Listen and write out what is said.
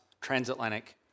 transatlantic